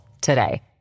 today